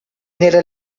nella